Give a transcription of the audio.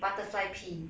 butterfly pea